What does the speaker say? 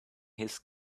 his